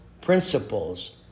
principles